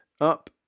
up